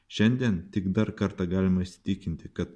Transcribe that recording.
šiandien tik dar kartą galima įsitikinti kad